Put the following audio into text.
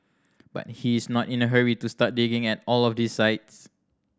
but he is not in a hurry to start digging at all of these sites